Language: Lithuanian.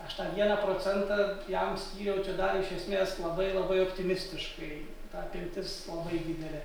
aš tą vieną procentą jam skyriau čia dar iš esmės labai labai optimistiškai ta apimtis labai didelė